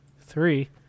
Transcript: three